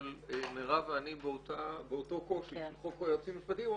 אבל מרב ואני באותו קושי של חוק היועצים המשפטיים,